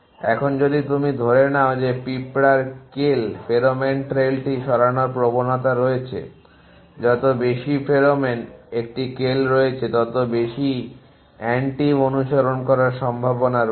এখন যদি তুমি ধরে নাও যে পিঁপড়ার কেল ফেরোমন ট্রেইলটি সরানোর প্রবণতা রয়েছে যত বেশি ফেরোমন একটি কেল রয়েছে তত বেশি অ্যান্টিভ অনুসরণ করার সম্ভাবনা রয়েছে